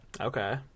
Okay